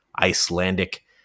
Icelandic